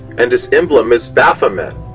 and his emblem is baphomet,